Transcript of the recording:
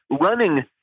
running